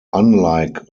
unlike